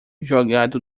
jogado